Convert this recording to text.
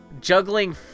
juggling